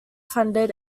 funded